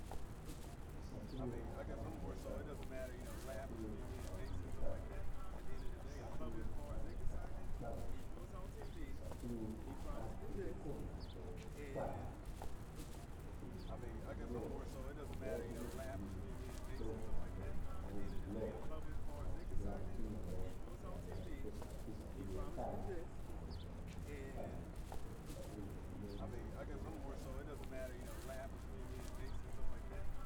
Isapuru aha ba niyo kpa anu, isapun aha ba gwiye kpa anu, isapuru aha ba no otase kpa anu, isapuru aha ba gege ko nabo kpa anu nkini ogyolo abo gyolo gbinyi pyogaba no ona no ovu lo, azi labo kinyawo ya labo kosa ki isapuru ya tanu awo oza ni ya na kpa anu ni to isapuni woza neneshi, kuma owoza ka apani la.